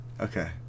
okay